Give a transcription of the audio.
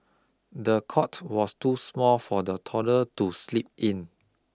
the cot was too small for the toddler to sleep in